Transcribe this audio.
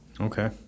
Okay